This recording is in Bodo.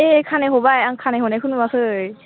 ए खानाय हबाय आं खानाय हनायखौ नुआखै